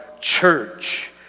church